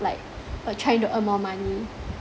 like uh trying to earn more money